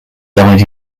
died